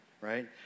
right